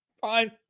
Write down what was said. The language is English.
Fine